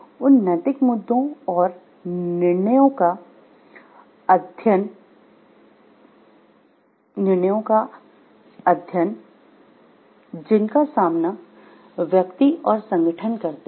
उन नैतिक मुद्दों और निर्णयों का अध्ययन जिनका सामना व्यक्ति और संगठन करते है